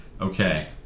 Okay